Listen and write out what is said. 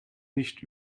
nicht